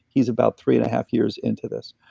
he's about three and a half years into this.